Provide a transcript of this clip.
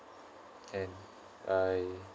can bye